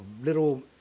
little